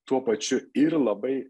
tuo pačiu ir labai